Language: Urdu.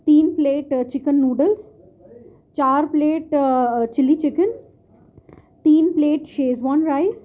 تین پلیٹ چکن نوڈلز چار پلیٹ چلی چکن تین پلیٹ شیزوان رائس